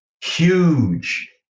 Huge